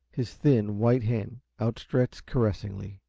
his thin, white hand outstretched caressingly.